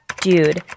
Dude